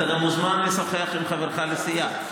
אתה מוזמן לשוחח עם חברך לסיעה.